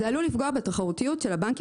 וזה עלול לפגוע בתחרותיות של הבנקים